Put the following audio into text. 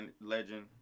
legend